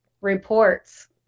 reports